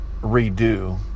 redo